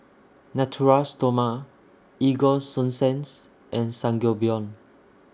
Natura Stoma Ego Sunsense and Sangobion